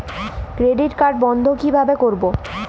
Credit card বন্ধ কিভাবে করবো?